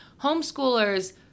homeschoolers